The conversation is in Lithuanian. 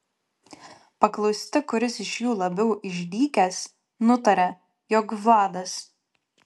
paklausti kuris iš jų labiau išdykęs nutaria jog vladas